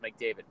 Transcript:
McDavid